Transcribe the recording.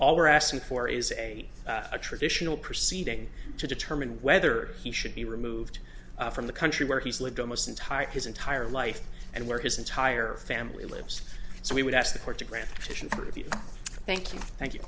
all we're asking for is a traditional proceeding to determine whether he should be removed from the country where he's lived almost entire his entire life and where his entire family lives so we would ask the court to grant or to the thank you thank you